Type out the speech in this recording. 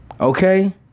okay